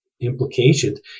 implications